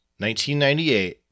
1998